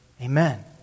Amen